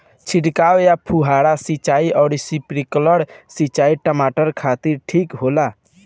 छिड़काव या फुहारा सिंचाई आउर स्प्रिंकलर सिंचाई टमाटर खातिर ठीक होला?